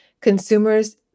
Consumers